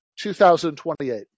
2028